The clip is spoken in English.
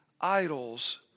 idols